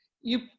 You-